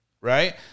right